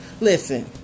Listen